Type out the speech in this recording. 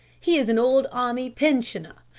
he is an old army pensioner.